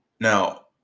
Now